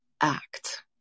act